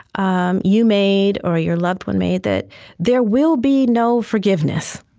um you made or your loved one made, that there will be no forgiveness.